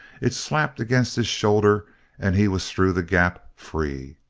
it slapped against his shoulder and he was through the gap free!